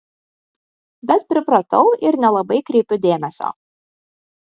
bet pripratau ir nelabai kreipiu dėmesio